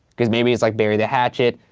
cause maybe it's like, bury the hatchet.